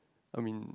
I mean